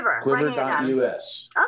Quiver.us